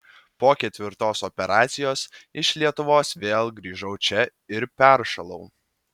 po ketvirtos operacijos iš lietuvos vėl grįžau čia ir peršalau